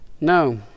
No